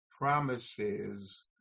promises